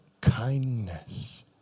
kindness